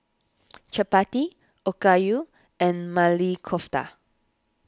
Chapati Okayu and Maili Kofta